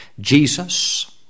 Jesus